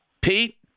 Pete